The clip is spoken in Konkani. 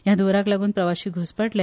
ह्या धुंवराक लागून प्रवाशी घुस्मटले